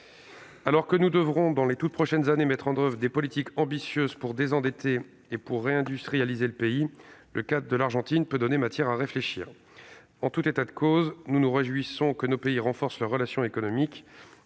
Alors que nous devrons, dans les toutes prochaines années, mettre en oeuvre des politiques ambitieuses pour désendetter et pour réindustrialiser notre pays, le cas de l'Argentine peut nous donner matière à réflexion. En tout état de cause, nous nous réjouissons que nos pays renforcent leurs relations économiques.